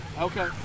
Okay